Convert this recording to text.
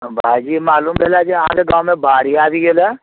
भाइजी मालुम भेलैया जे अहाँकेँ गावँमे बाढ़ि आबि गेलैया